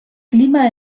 clima